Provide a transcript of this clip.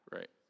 Right